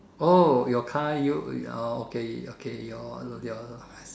oh your car you orh okay okay your your